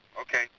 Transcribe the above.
okay